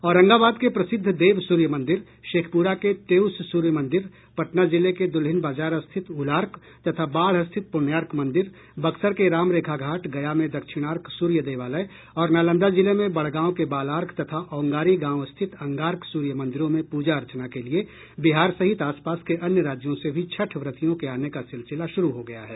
औरंगाबाद के प्रसिद्ध देव सूर्य मंदिर शेखप्रा के तेउस सूर्य मंदिर पटना जिले के द्रल्हिन बाजार स्थित उलार्क तथा बाढ़ स्थित प्रण्यार्क मंदिर बक्सर के राम रेखा घाट गया में दक्षिणार्क सूर्य देवालय और नालंदा जिले में बड़गांव के बालार्क तथा औगांरी गांव स्थित अंगार्क सूर्य मंदिरों में पूजा अर्चना के लिए बिहार सहित आसपास के अन्य राज्यों से भी छठ व्रतियों के आने का सिलसिला शुरू हो गया है